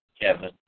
Kevin